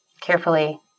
carefully